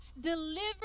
deliver